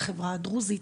לחברה הדרוזית,